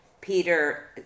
Peter